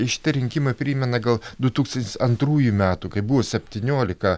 šitie rinkimai primena gal du tūkstantis antrųjų metų kai buvo septyniolika